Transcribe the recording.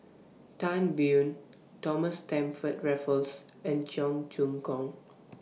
Tan Biyun Thomas Stamford Raffles and Cheong Choong Kong